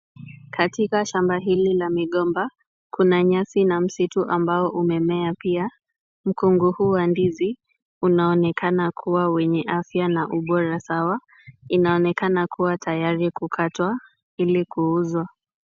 Katika shamba hili la migomba kuna nyasi na msitu ambao umemea pia. Mkungu huu wa ndizi unaonekana kuwa wenye afya na ubora sawa. Inaonekana kuwa tayari kukatwa ili kuuzwa.